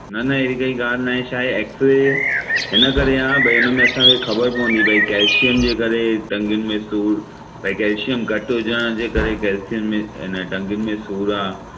न न अहिड़ी काई ॻाल्हि न आहे छा आहे एक्स रे करे आहे भई हुन में असांखे ख़बर पवंदी भई कैल्शियम जे करे टंगुनि में सूर भई कैल्शियम घटि हुजण जे करे कैल्शियम में इन टंगुनि में सूर आहे